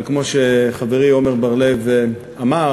אבל כמו שחברי עמר בר-לב אמר,